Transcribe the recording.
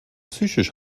psychisch